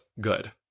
good